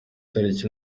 tariki